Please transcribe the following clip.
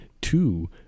two